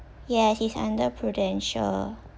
yes he's under Prudential